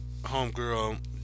homegirl